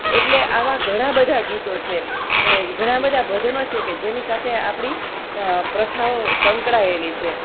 એટલે આવા ઘણાબધા ગીતો છે એ ઘણાબધા ભજનો છે કે જેની સાથે આપણી પ્રથાઓ સંકળાએલી છે